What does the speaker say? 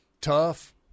Tough